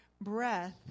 breath